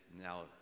now